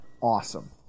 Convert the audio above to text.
Awesome